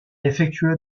effectua